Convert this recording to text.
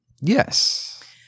Yes